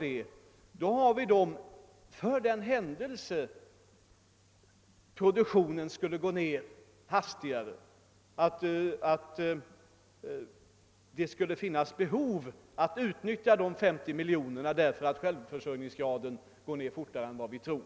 dessa pengar för den händelse produktionen skulle gå ned hastigare. Vi kan alltså vid behov utnyttja de 50 miljonerna, om = självförsörjningsgraden minskar fortare än vi tror.